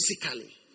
physically